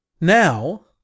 Now